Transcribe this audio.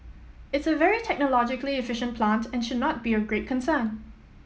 it's a very technologically efficient plant and should not be of great concern